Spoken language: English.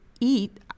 eat